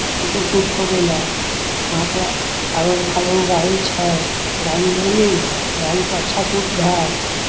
photo shoot कऽ देल जाइ हइ वहाँपे आओर मे गाड़ी छै गाड़ी लेली गाड़ीपर अच्छा शूट भेल